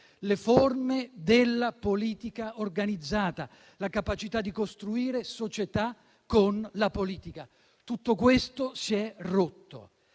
le forme della politica organizzata, la capacità di costruire società con la politica. Tutto questo si è rotto.